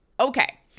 Okay